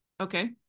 Okay